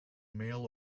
mail